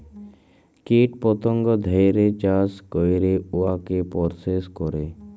কীট পতঙ্গ ধ্যইরে চাষ ক্যইরে উয়াকে পরসেস ক্যরে